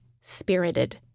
spirited